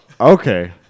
okay